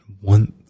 one